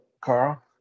Carl